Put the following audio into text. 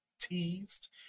teased